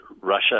Russia